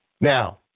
Now